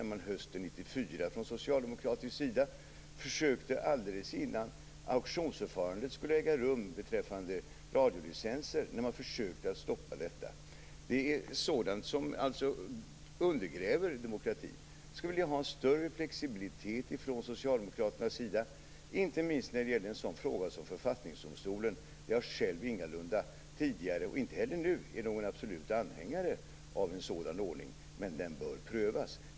Hösten 1994 försökte man från socialdemokratisk sida, alldeles innan auktionsförfarandet beträffande radiolicenser skulle äga rum, stoppa detta. Sådant undergräver demokratin. Jag skulle vilja ha en större flexibilitet från socialdemokraternas sida, inte minst när det gäller frågan om författningsdomstolen. Jag har själv ingalunda tidigare varit någon absolut anhängare av en sådan ordning och är det inte heller nu. Men den bör prövas.